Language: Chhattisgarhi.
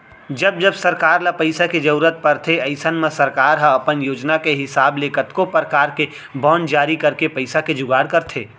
जब जब सरकार ल पइसा के जरूरत परथे अइसन म सरकार ह अपन योजना के हिसाब ले कतको परकार के बांड जारी करके पइसा के जुगाड़ करथे